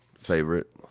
favorite